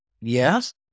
yes